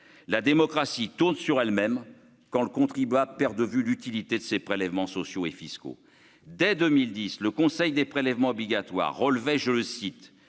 la démocratie tourne sur elle-même, quand le contribuable perd de vue l'utilité de ces prélèvements sociaux et fiscaux dès 2010, le Conseil des prélèvements obligatoires, relevait, je le cite